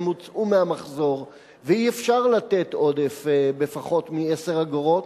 והן הוצאו מהמחזור ואי-אפשר לתת עודף בפחות מ-10 אגורות.